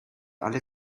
alle